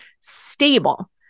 stable